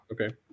okay